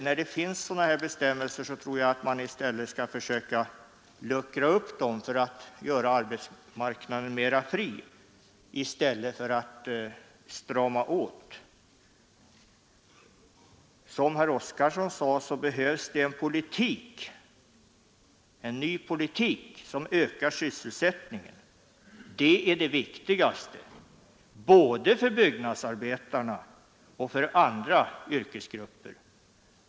Där det finns sådana bestämmelser tror jag att man skall försöka luckra upp dem för att göra arbetsmarknaden mera fri i stället för att strama åt den. Som herr Oskarson sade behövs en ny politik som ökar sysselsättningen. Det är det viktigaste både för byggnadsarbetarna och för andra yrkesgrupper.